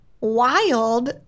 wild